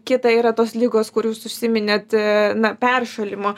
kita yra tos ligos kur jūs užsiminėt a na peršalimo